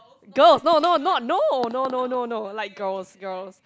girl no no not no no no like girls girls